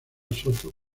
soto